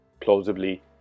Plausibly